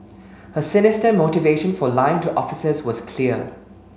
her sinister motivation for lying to officers was clear